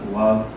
love